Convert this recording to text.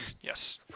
yes